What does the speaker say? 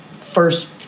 first